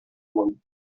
món